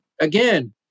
again